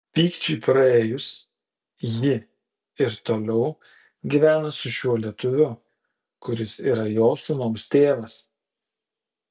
pykčiui praėjus ji ir toliau gyvena su šiuo lietuviu kuris yra jos sūnaus tėvas